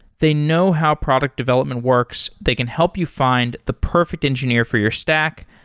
they know how product development works. they can help you find the perfect engineer for your stack,